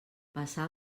passar